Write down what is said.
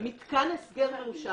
מתקן הסגר מאושר.